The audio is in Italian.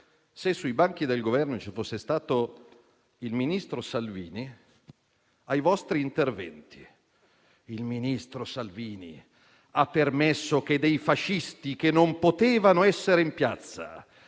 se sui banchi del Governo ci fosse stato il ministro Salvini: il ministro Salvini ha permesso che dei fascisti, che non potevano essere in piazza,